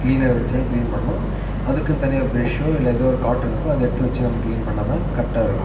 cleaner வெச்சி தான் clean பண்ணணும் அதுக்குன்னு தனியாக பிரெஷ்ஷோ இல்லை ஏதோ காட்டன் இருக்கும் அதை எடுத்து வெச்சி நம்ம கிளீன் பண்ணால் தான் கரெக்ட்டாக இருக்கும்